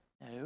No